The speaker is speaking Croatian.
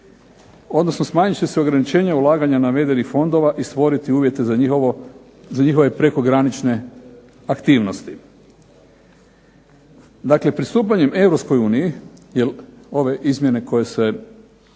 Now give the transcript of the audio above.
odnosno smanjit će se ograničenje ulaganja navedenih fondova i stvoriti uvjete za njihove prekogranične aktivnosti. Dakle pristupanjem Europskoj uniji, jer ove izmjene koje se